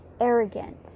arrogant